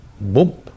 Boom